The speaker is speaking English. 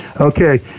Okay